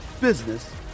business